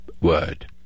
word